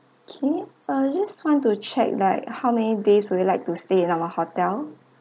okay ah just want to check like how many days would you like to stay in our hotel